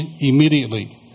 immediately